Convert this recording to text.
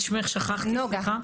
את שמך שכחתי, סליחה.